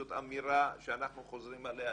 זאת אמירה שאנחנו חוזרים עליה,